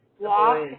Walk